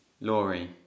Laurie